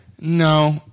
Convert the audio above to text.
No